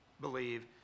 believe